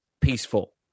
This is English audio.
peaceful